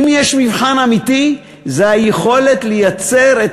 אם יש מבחן אמיתי זה היכולת לייצר את